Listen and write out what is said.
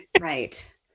Right